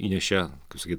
įnešė kaip sakyt